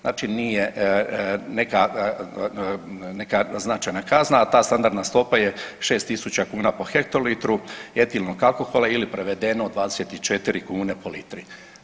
Znači nije neka značajna kazna, a ta standardna stopa je 6000 kuna po hektolitru etilnog alkohola ili prevedeno 24 kune po litri.